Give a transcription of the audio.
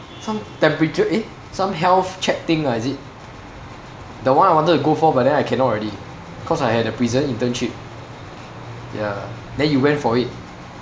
some temperature eh some health check thing ah is it the one I wanted to go for but then I cannot already cause I had the prison internship ya then you went for it